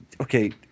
Okay